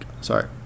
Sorry